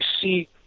see